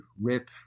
rip